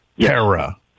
Tara